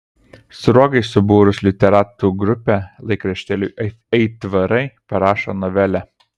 sruogai subūrus literatų grupę laikraštėliui aitvarai parašo novelę